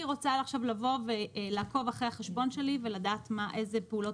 אני רוצה עכשיו לבוא ולעקוב אחרי החשבון שלי ולדעת איזה פעולות